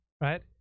right